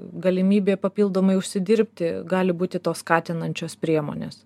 galimybė papildomai užsidirbti gali būti tos skatinančios priemonės